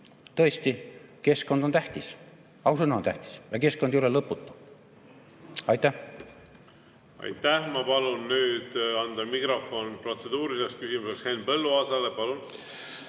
Tõesti, keskkond on tähtis. Ausõna on tähtis! Aga keskkond ei ole lõputu. Aitäh! Aitäh! Ma palun nüüd anda mikrofon protseduuriliseks küsimuseks Henn Põlluaasale. Aitäh!